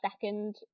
second